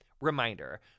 Reminder